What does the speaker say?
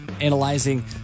analyzing